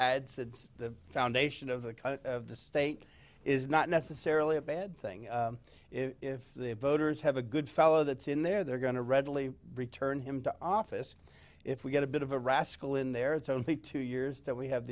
had the foundation of the kind of the state is not necessarily a bad thing if they voters have a good fellow that's in there they're going to readily return him to office if we get a bit of a rascal in there it's only two years that we have